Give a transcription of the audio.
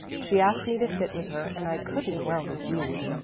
she asked me to sit with her and i couldn't well refuse,